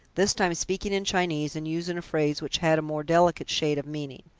this time speaking in chinese and using a phrase which had a more delicate shade of meaning.